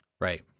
Right